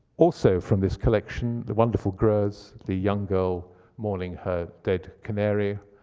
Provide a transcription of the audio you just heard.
also from this collection, the wonderful greuze, the young girl mourning her dead canary,